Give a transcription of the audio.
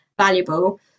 valuable